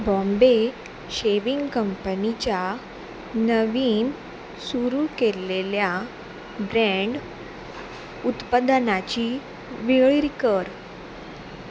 Bombay shaving कंपनीच्या नवीन सुरू केलेल्या ब्रँड उत्पादनाची वेळीर कर